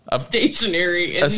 stationary